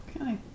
Okay